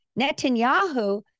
Netanyahu